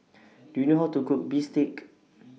Do YOU know How to Cook Bistake